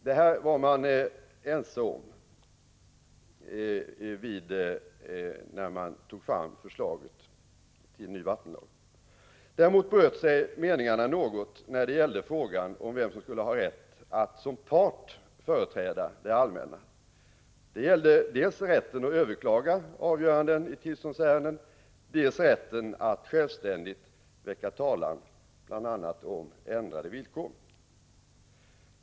— Detta var man ense om när man tog fram förslaget till ny vattenlag. Däremot bröt sig meningarna något när det gällde frågan om vem som skulle ha rätt att som part företräda det allmänna. Det gällde dels rätten att överklaga avgöranden i tillståndsärenden, dels rätten att självständigt väcka talan, bl.a. om ändrade villkor.